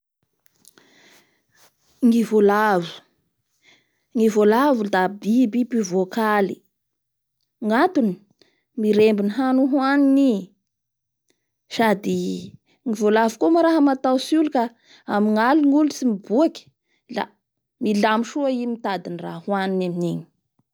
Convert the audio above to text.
Ny volavo; ny volavo da biby mpivoaky aly, gnatony miremby ny hany hohaniny i, sady ny voalavo koa moa raha mataotsy olo ka sady amingaly gnolo tsy miboaky la milamy soa izy mitady ny raha hohaniny amin'igny.